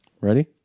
Ready